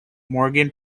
morgan